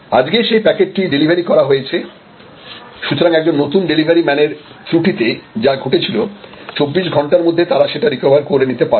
আজকে সেই প্যাকেটটি ডেলিভারি করা হয়েছে সুতরাং একজন নতুন ডেলিভারি ম্যান এর ত্রুটিতে যা ঘটেছিল ২৪ ঘণ্টার মধ্যে তারা সেটা রিকভার করে নিতে পারল